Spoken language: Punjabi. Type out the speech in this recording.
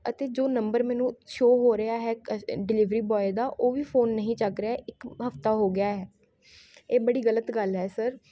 ਅਤੇ ਜੋ ਨੰਬਰ ਮੈਨੂੰ ਸ਼ੋਅ ਹੋ ਰਿਹਾ ਹੈ ਡਿਲਵਰੀ ਬੋਆਏ ਦਾ ਉਹ ਵੀ ਫੋਨ ਨਹੀਂ ਚੱਕ ਰਿਹਾ ਇੱਕ ਹਫਤਾ ਹੋ ਗਿਆ ਹੈ ਇਹ ਬੜੀ ਗਲ਼ਤ ਗੱਲ ਹੈ ਸਰ